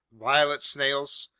violet snails,